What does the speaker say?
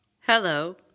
Hello